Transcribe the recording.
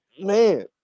man